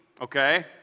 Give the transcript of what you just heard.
okay